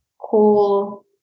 cool